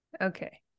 okay